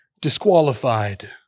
disqualified